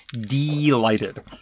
delighted